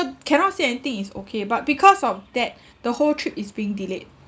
cannot see anything is okay but because of that the whole trip is being delayed